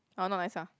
orh not nice ah